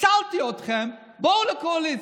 הצלתי אתכם, בואו לקואליציה.